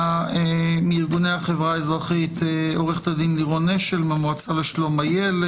מארגוני החברה האזרחית עורכת הדין לירון אשל מהמועצה לשלום הילד.